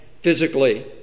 physically